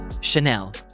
Chanel